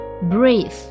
Breathe